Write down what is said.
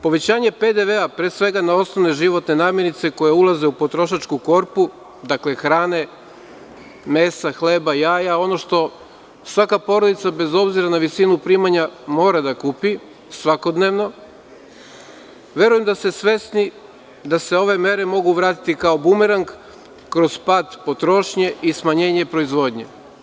Povećanje PDV-a, pre svega na osnovne životne namernice koje ulaze u potrošačku korpu, dakle, hrane, mesa, hleba, jaja, ono što svaka porodica bez obzira na visinu primanja mora da kupi svakodnevno, verujem da ste svesni da se ove mere mogu vratiti kao bumerang kroz pad potrošnje i smanjenje proizvodnje.